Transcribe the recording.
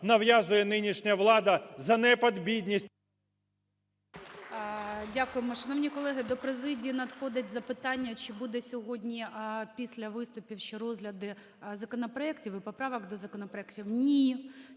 нав'язує нинішня влада: занепад, бідність.